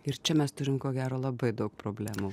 ir čia mes turim ko gero labai daug problemų